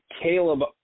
Caleb